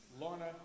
Lorna